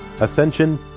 ascension